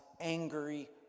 angry